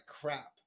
crap